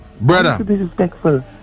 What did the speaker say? Brother